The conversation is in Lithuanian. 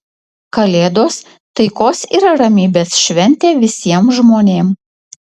kalėdos taikos ir ramybės šventė visiem žmonėm